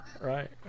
Right